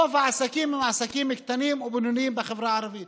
רוב העסקים בחברה הערבית